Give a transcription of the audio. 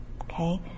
Okay